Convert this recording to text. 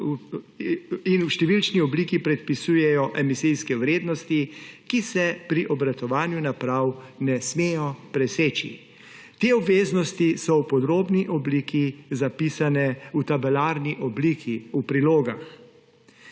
in v številčni obliki predpisujejo emisijske vrednosti, ki se pri obratovanju naprav ne smejo preseči. Te obveznosti so v podrobni obliki zapisane v tabelarni obliki v prilogah.